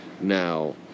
Now